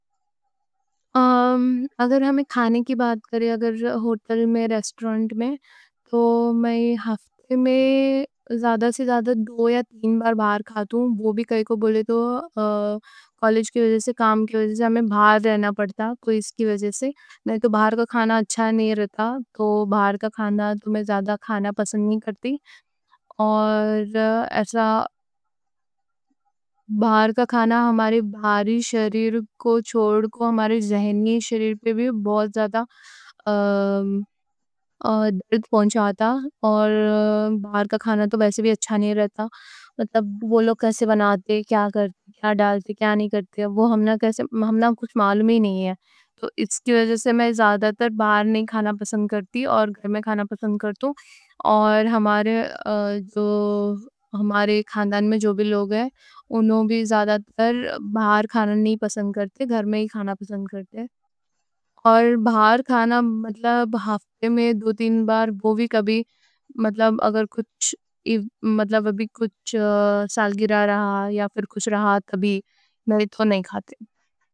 اگر ہمیں کھانے کی بات کریں، اگر ہوٹل میں ریسٹورنٹ میں تو میں ہفتے میں زیادہ سے زیادہ دو یا تین بار باہر کھاتوں، وہ بھی کائیں کوں بولے تو کالج کی وجہ سے کام کی وجہ سے ہمیں باہر رہنا پڑتا تو اس کی وجہ سے باہر کا کھانا اچھا نہیں رہتا، تو باہر کا کھانا تو میں زیادہ کھانا پسند نہیں کرتی اور ایسا باہر کا کھانا ہمارے باہری شریر کو چھوڑ ہمارے ذہنی شریر پہ بھی بہت زیادہ درد پہنچاتا اور باہر کا کھانا تو ویسے بھی اچھا نہیں رہتا وہ لوگ کیسے بناتے، کیا کرتے، کیا ڈالتے، کیا نہیں کرتے، ہمنا کچھ معلوم ہی نہیں ہے تو اس کی وجہ سے میں زیادہ تر باہر نہیں کھانا پسند کرتی اور گھر میں کھانا پسند کرتی اور ہمارے خاندان میں جو بھی لوگ ہیں انہوں بھی زیادہ تر باہر کھانا نہیں پسند کرتے، گھر میں ہی کھانا پسند کرتے اور باہر کھانا مطلب ہفتے میں دو تین بار، وہ بھی کبھی مطلب، ابھی کچھ سالگیرہ رہا رہا یا پھر کچھ رہا، کبھی میں تو نہیں کھاتے